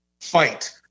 fight